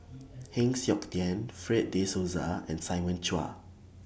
Heng Siok Tian Fred De Souza and Simon Chua